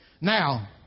Now